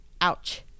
Ouch